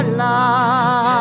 love